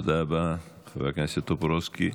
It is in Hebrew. תודה רבה, חבר הכנסת טופורובסקי.